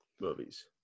movies